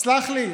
סלח לי,